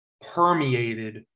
permeated